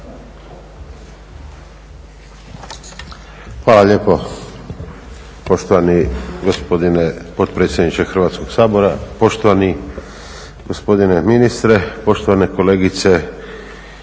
Hvala lijepo poštovani gospodine potpredsjedniče Hrvatskog sabora. Poštovani gospodine ministre, poštovane kolegice